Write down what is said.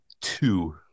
two